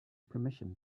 permission